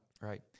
Right